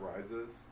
Rises